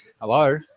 Hello